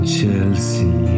Chelsea